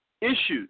Issues